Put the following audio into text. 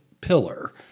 pillar